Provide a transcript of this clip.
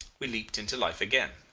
we leaped into life again.